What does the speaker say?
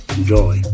Enjoy